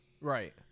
Right